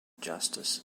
justice